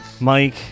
Mike